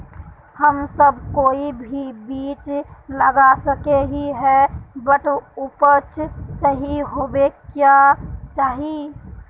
हम सब कोई भी बीज लगा सके ही है बट उपज सही होबे क्याँ चाहिए?